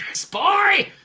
sparring